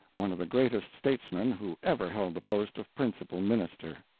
one of the greatest statesmen who ever held the post of principal minister.